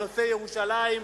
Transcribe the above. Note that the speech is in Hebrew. בנושא ירושלים,